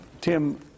Tim